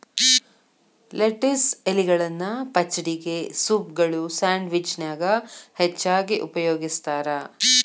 lettuce ಎಲಿಗಳನ್ನ ಪಚಡಿಗೆ, ಸೂಪ್ಗಳು, ಸ್ಯಾಂಡ್ವಿಚ್ ನ್ಯಾಗ ಹೆಚ್ಚಾಗಿ ಉಪಯೋಗಸ್ತಾರ